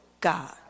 God